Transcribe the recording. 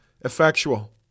effectual